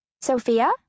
Sophia